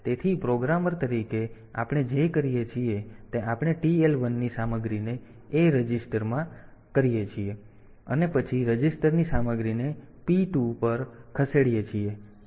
તેથી એક પ્રોગ્રામર તરીકે આપણે જે કરીએ છીએ તે આપણે TL 1 ની સામગ્રીને A માં રજીસ્ટર કરીએ છીએ અને પછી રજીસ્ટરની સામગ્રીને P 2 પર ખસેડીએ છીએ